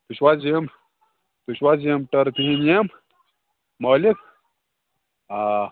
تُہۍ چھِو حظ یِم تُہۍ چھِو حظ یِم ٹٔرٕپہِ ہِنٛدۍ یِم مٲلِک آ